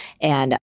And-